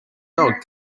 dog